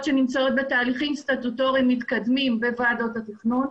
שנמצאות בתהליכים סטטוטוריים מתקדמים בוועדות התכנון,